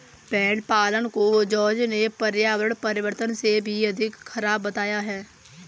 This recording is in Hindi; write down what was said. भेड़ पालन को जॉर्ज ने पर्यावरण परिवर्तन से भी अधिक खराब बताया है